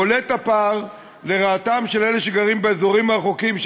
והוא בולט לרעתם של אלה שגרים באזורים הרחוקים,